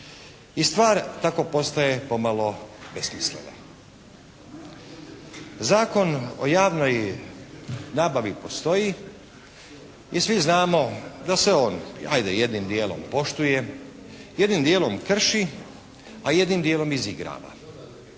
i stvar tako postaje pomalo besmislena. Zakon o javnoj nabavi postoji i svi znamo da se on ajde jednim dijelom poštuje, jednim dijelom krši, a jednim dijelom izigrava.